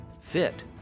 Fit